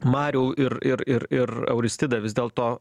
mariau ir ir ir ir auristida vis dėlto